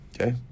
Okay